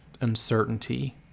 uncertainty